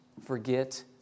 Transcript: forget